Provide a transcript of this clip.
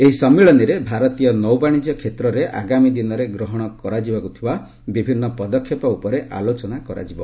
ଏହି ସମ୍ମିଳନୀରେ ଭାରତୀୟ ନୌବାଣିଜ୍ୟ କ୍ଷେତ୍ରରେ ଆଗାମୀ ଦିନରେ ଗ୍ରହଣ କରାଯିବାକୁ ଥିବା ବିଭିନ୍ନ ପଦକ୍ଷେପ ଉପରେ ଆଲୋଚନା କରାଯିବ